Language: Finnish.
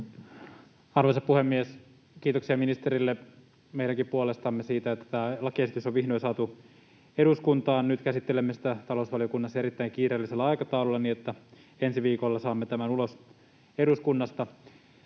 Arvoisa puhemies! Kiitoksia ministerille meidänkin puolestamme siitä, että tämä lakiesitys on vihdoin saatu eduskuntaan. Nyt käsittelemme sitä talousvaliokunnassa erittäin kiireellisellä aikataululla niin, että ensi viikolla saamme tämän ulos eduskunnasta.